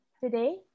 Today